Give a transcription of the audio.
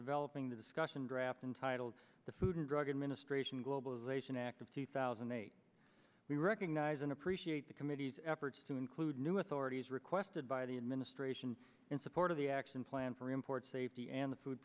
developing the discussion draft entitled the food and drug administration globalization act of two thousand and eight we recognize and appreciate the committee's efforts to include new authorities requested by the administration in support of the action plan for import safety and the food